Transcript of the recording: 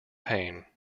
paine